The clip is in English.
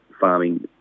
farming